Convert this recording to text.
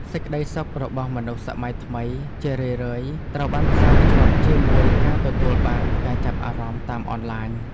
សេចក្ដីសុខរបស់មនុស្សសម័យថ្មីជារឿយៗត្រូវបានផ្សារភ្ជាប់ជាមួយការទទួលបានការចាប់អារម្មណ៍តាមអនឡាញ។